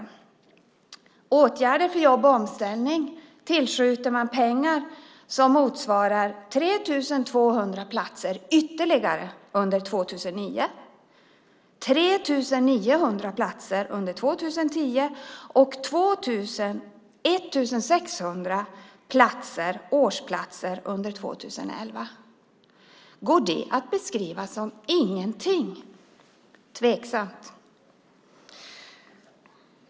Till åtgärder för jobb och omställning tillskjuter man pengar som motsvarar 3 200 platser ytterligare under 2009, 3 900 platser under 2010 och 1 600 årsplatser under 2011. Går det att beskriva som ingenting? Tveksamt.